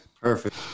Perfect